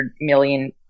million